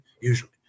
usually